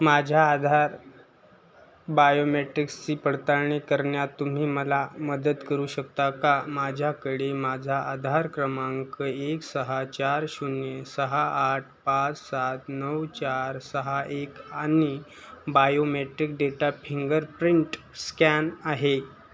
माझ्या आधार बायोमेट्रिक्सची पडताळणी करण्यात तुम्ही मला मदत करू शकता का माझ्याकडे माझा आधार क्रमांक एक सहा चार शून्य सहा आठ पाच सात नऊ चार सहा एक आणि बायोमेट्रिक डेटा फिंगरप्रिंट स्कॅन आहे